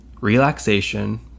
relaxation